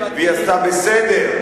והיא עשתה בסדר.